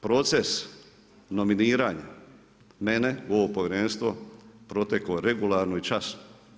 Proces nominiranja mene u ovo povjerenstvo proteklo regularno i časno.